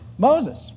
Moses